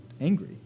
angry